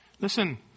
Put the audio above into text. Listen